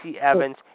Evans